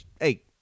hey